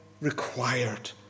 required